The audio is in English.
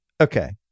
Okay